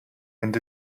and